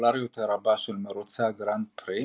מהפופולריות הרבה של מרוצי הגרנד פרי,